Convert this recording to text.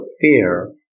fear